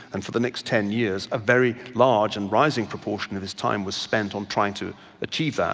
and for the next ten years, a very large and rising proportion of his time was spent on trying to achieve that.